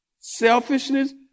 Selfishness